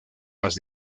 más